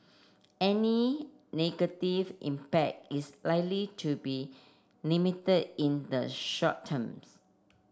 any negative impact is likely to be limited in the short terms